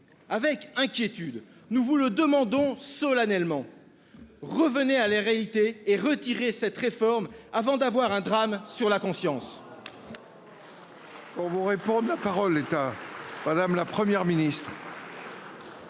avec inquiétude, nous vous le demandons solennellement : revenez à la réalité et retirez cette réforme avant d'avoir un drame sur la conscience.